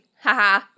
haha